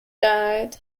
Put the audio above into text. died